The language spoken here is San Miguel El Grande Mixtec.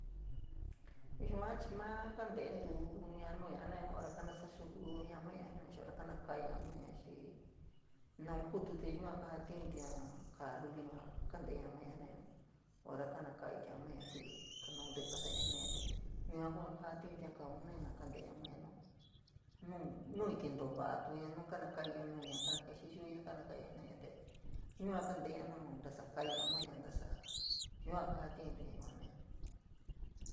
Yua chii maa kante’entuña nuña jenaña ora na kasa luuña maña jenaña, ora kona ka’aiña maña xii, naun kutu te yua kajatiuntuña kaa luli yua ja kantiña maria jenaña ora kana ka’otia maña tí’ili naun tí’í kasaña jenaña te yua kuu ja kajatiuntuña kauaun jenaña kanteña maña jenaña nu nuni kentoo va’atuña, kona kaiñs nuña, kana kaina ixi xii yuña kana kaiña te yua kanteria nu ntasa kaiña maña ntosa, yua kajatiuña inteña jena’aña.